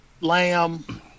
lamb